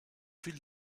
fil